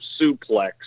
suplex